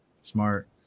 smart